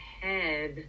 head